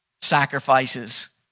sacrifices